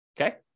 Okay